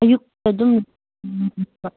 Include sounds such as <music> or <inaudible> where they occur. ꯑꯌꯨꯛ ꯑꯗꯨꯝ <unintelligible>